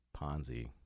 Ponzi